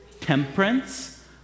temperance